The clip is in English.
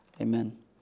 Amen